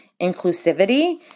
inclusivity